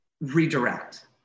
redirect